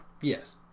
Yes